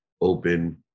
open